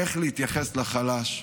איך להתייחס לחלש.